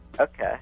Okay